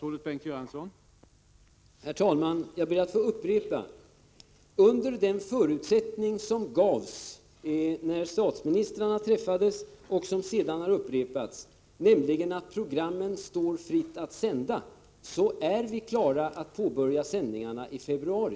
Herr talman! Jag ber att få upprepa: Under den förutsättning som angavs när statsministrarna träffades och som därefter har upprepats, nämligen att det står fritt att sända programmen, är vi klara att påbörja sändningarna i februari.